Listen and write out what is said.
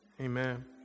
Amen